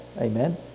Amen